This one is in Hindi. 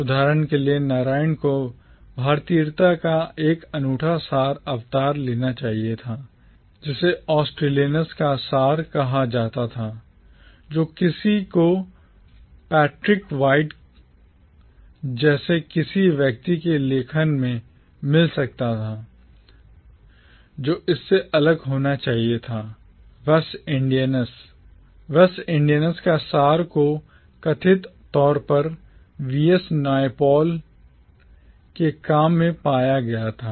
उदाहरण के लिए Narayan नारायण को भारतीयता का एक अनूठा सार अवतार लेना चाहिए था जिसे Australianness ऑस्ट्रेलियननेस का सार कहा जाता था जो किसी को Patrick White पैट्रिक व्हाइट जैसे किसी व्यक्ति के लेखन में मिल सकता है जो इससे अलग होना चाहिए था West Indianness वेस्ट इंडियननेस का सार जो कथित तौर पर VS Naipaul वीएस नायपॉल के काम में पाया गया था